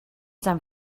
san